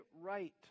right